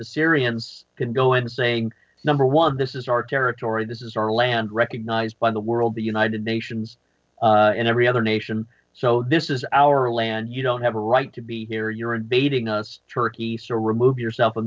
the syrians can go in saying number one this is our territory this is our land recognized by the world the united nations and every other nation so this is our land you don't have a right to be here you're invading us turkey so remove yourself